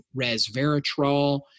resveratrol